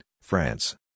France